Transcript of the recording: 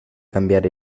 cambiar